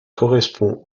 correspond